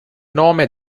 nome